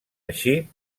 així